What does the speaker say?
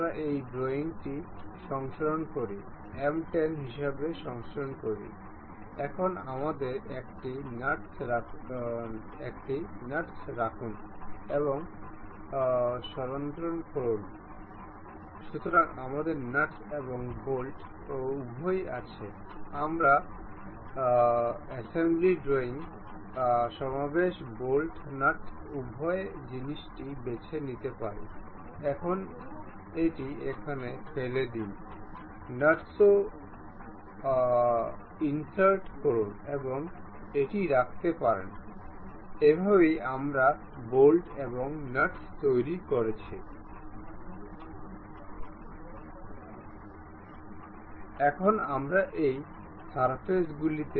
আমরা পিনের জন্য শীর্ষ সমতলটি নির্বাচন করব এবং তারপরে মেটের উপর ক্লিক করব এটি অটোমেটিক্যালি একটি কয়েন্সিডেন্ট পরামর্শ দেবে বা সম্ভবত আমরা অন্যান্য জিনিসগুলি নির্বাচন করতে পারি তবে যাই হোক না কেন এটি চলছে তা মিলিত হওয়ার পরামর্শ দিচ্ছে এটি আমাদের পক্ষে ভাল হওয়া উচিত